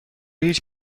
هیچ